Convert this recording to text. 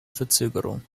verzögerung